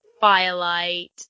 firelight